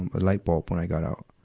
and light bulb when i got out.